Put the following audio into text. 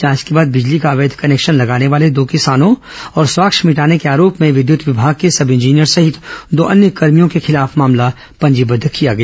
जांच के बाद बिजली का अवैध कनेक्शन लगाने वाले दो किसानों और साक्ष्य मिटाने के आरोप में विद्यत विमाग के सब इंजीनियर सहित दो अन्य कर्भियों के खिलाफ मामला पंजीबद्ध किया गया